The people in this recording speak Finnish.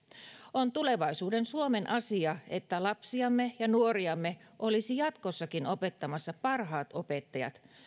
on tulevaisuuden suomen asia että lapsiamme ja nuoriamme olisivat jatkossakin opettamassa parhaat opettajat